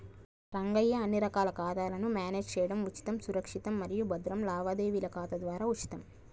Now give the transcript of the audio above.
రంగయ్య అన్ని రకాల ఖాతాలను మేనేజ్ చేయడం ఉచితం సురక్షితం మరియు భద్రం లావాదేవీల ఖాతా ద్వారా ఉచితం